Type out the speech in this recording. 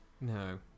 No